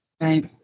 Right